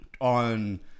on